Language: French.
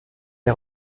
est